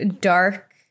dark